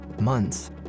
Months